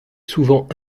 souvent